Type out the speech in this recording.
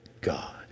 God